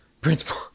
Principal